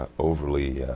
ah overly,